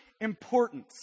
importance